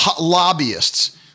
lobbyists